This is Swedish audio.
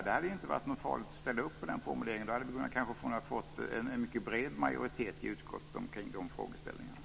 Det har inte varit så farligt att ställa upp på vår formulering. Då hade det kanske blivit en mycket bred majoritet i utskottet kring dessa frågeställningar.